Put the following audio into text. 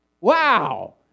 Wow